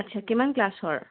আচ্ছা কিমান ক্লাছৰ